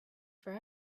for